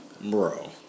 Bro